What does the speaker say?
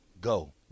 go